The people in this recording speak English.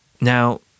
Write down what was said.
Now